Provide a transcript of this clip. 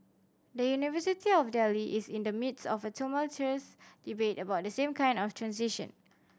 the University of Delhi is in the midst of a tumultuous debate about the same kind of transition